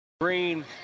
Green